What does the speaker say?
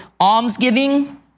almsgiving